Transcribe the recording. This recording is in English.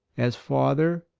as father,